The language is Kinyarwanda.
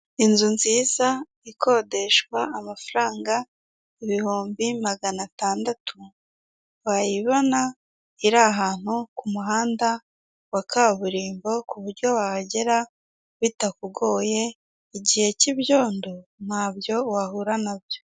Inzu nziza ikodeshwa amafaranga ibihumbi magana atandatu, wayibona iri ahantu ku muhanda wa kaburimbo ku buryo wahagera bitakugoye, igihe cy'ibyondo ntabyo wahura nabyo.